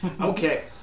Okay